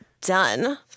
done